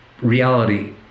reality